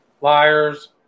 liars